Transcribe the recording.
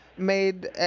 made